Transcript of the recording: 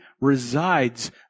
resides